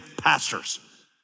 pastors